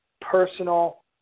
personal